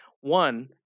one